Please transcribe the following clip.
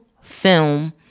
film